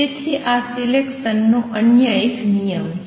તેથી આ સિલેકસનનો અન્ય એક નિયમ છે